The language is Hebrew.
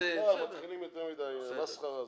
מתחילים יותר מדי עם מסחרה.